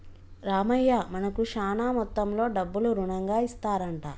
రామయ్య మనకు శాన మొత్తంలో డబ్బులు రుణంగా ఇస్తారంట